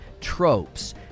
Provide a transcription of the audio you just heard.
tropes